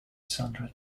sandra